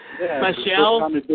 Michelle